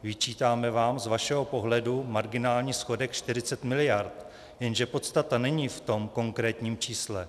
Vyčítáme vám z vašeho pohledu marginální schodek 40 mld., jenže podstata není v tom konkrétním čísle.